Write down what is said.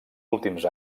últims